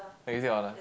but is it honours